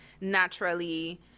naturally